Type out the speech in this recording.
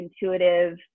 intuitive